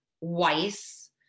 Weiss